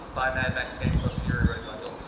buy mad max game plus fury road bundle,